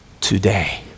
today